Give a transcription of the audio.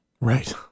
right